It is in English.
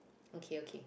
okay okay